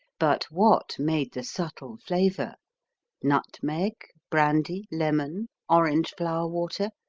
but what made the subtle flavor nutmeg, brandy, lemon, orange-flower water,